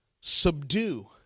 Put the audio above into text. subdue